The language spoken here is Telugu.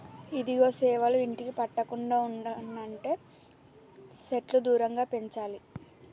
ఇదిగో సేవలు ఇంటికి పట్టకుండా ఉండనంటే సెట్లు దూరంగా పెంచాలి